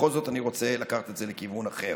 בכל זאת אני רוצה לקחת את זה לכיוון אחר.